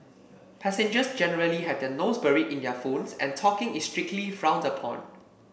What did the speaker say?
passengers generally have their nose buried in their phones and talking is strictly frowned upon